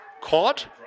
caught